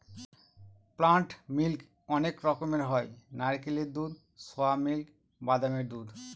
plant milk অনেক রকমের হয় নারকেলের দুধ, সোয়া মিল্ক, বাদামের দুধ